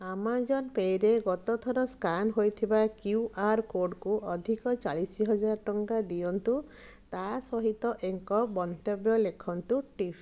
Amazon ପେ'ରେ ଗତଥର scan ହୋଇଥିବା କ୍ୟୁ ଆର୍ କୋଡ଼୍କୁ ଅଧିକ ଚାଳିଶ ହଜାର ଟଙ୍କା ଦିଅନ୍ତୁ ତା'ସହିତ ଏକ ମନ୍ତବ୍ୟ ଲେଖନ୍ତୁ ଟିପ୍